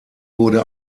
wurde